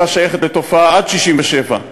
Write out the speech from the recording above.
הייתה שייכת לתופעה שהייתה עד 1967,